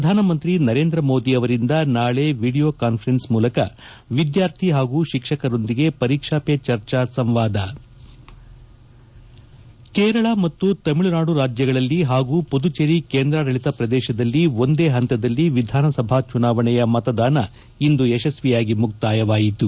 ಪ್ರಧಾನ ಮಂತ್ರಿ ನರೇಂದ್ರ ಮೋದಿ ಅವರಿಂದ ನಾಳೆ ವಿಡಿಯೋ ಕಾನ್ವರೆನ್ಸ್ ಮೂಲಕ ವಿದ್ಗಾರ್ಥಿ ಹಾಗೂ ಶಿಕ್ಷಕರೊಂದಿಗೆ ಪರೀಕ್ಷಾ ಪೆ ಚರ್ಚಾ ಸಂವಾದ ಕೇರಳ ಮತ್ತು ತಮಿಳುನಾಡು ರಾಜ್ಯಗಳಲ್ಲಿ ಹಾಗೂ ಪುದುಚೇರಿ ಕೇಂದ್ರಾಡಳಿತ ಪ್ರದೇಶದಲ್ಲಿ ಒಂದೇ ಹಂತದಲ್ಲಿ ವಿಧಾನಸಭಾ ಚುನಾವಣೆಯ ಮತದಾನ ಇಂದು ಯಶಸ್ಥಿಯಾಗಿ ಮುಕ್ತಾಯವಾಯಿತು